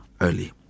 early